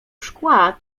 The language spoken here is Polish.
szkła